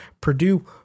Purdue